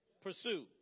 Pursue